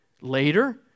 later